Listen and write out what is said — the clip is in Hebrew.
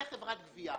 זה חברת גבייה.